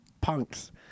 punks